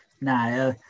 nah